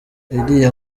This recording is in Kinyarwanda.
iriya